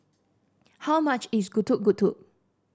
how much is Getuk Getuk